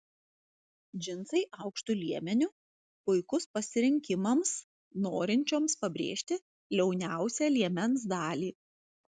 džinsai aukštu liemeniu puikus pasirinkimams norinčioms pabrėžti liauniausią liemens dalį